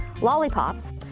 Lollipops